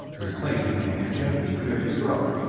replacing the handkerchief he cleared his throat,